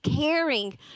caring